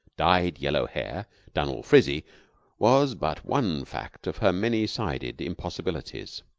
dyed yellow hair done all frizzy was but one fact of her many-sided impossibilities.